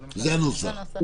הנוסח.